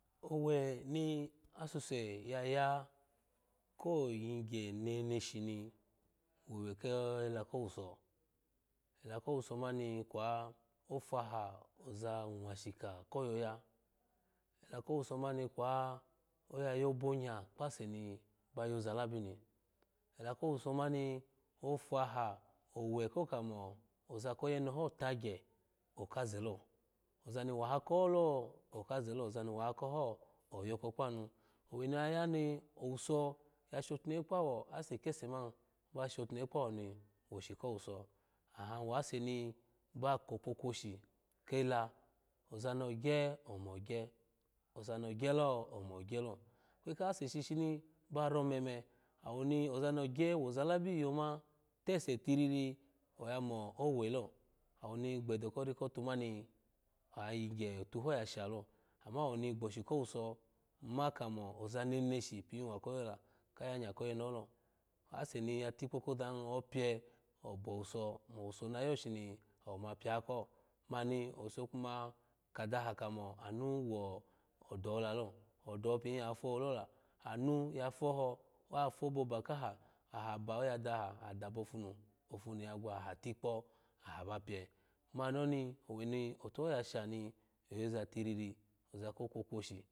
Owu ni asusu ya ya koyigye meneshi ni woe kela kowuso ela kowuso moni kwa ofaha oza mulasjika ko yoya da kwa da koweuso mani kwa oya bonya kpase ni ba yoza labimi da iko wuse mani ofaha owe ko kamo oza koyeneho tagye okazelo oga mi wakolo okazelo oga ni owuso ta shotunede kpawo asse kese mani ba shotunehe kpawo ni wo-shi kowuso aha awasemi ba kokwokwo shi kela oza ni ogye omo gye oza ni ogyelo omo gyelo lakuwan kawaseshishini ba romeme awoni ozani ogye moza labi yoma lesu tirii oya mo owelo awo mi gbedo ko ri kote mani aya yigya otuho ya shalo ama awon gboshi wa ko yoyala ka yanya ko yeneho lo ase ni ya tikpo koza hi opiye oboweso owesu nayo shima awo ma piyiko mni owuso koma maduha kamo anu wodo holo odoho biya foho lola amu ya foho ayu fohoba kahu aha ba aya daha aha ha piye muni oni owe ni atuho ya sha ni ayoza tiriri oza ko kuokuoshi